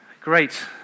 Great